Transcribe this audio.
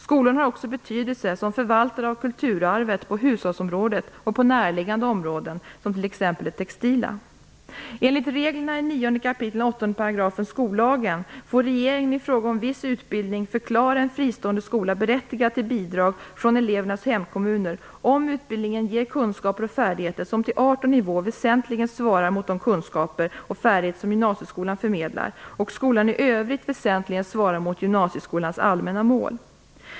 Skolorna har också betydelse som förvaltare av kulturarvet på hushållsområdet och på närliggande områden som t.ex. får regeringen i fråga om viss utbildning förklara en fristående skola berättigad till bidrag från elevernas hemkommuner om utbildningen ger kunskaper och färdigheter som till art och nivå väsentligen svarar mot de kunskaper och färdigheter som gymnasieskolan förmedlar och skolan i övrigt väsentligen svarar mot gymnasieskolans allmänna mål.